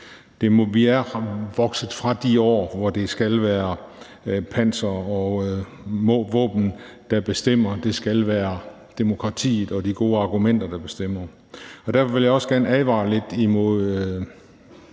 Vi er vokset fra de år, hvor det skal være panser og våben, der bestemmer. Det skal være demokratiet og de gode argumenter, der bestemmer. Og derfor vil jeg også gerne advare lidt imod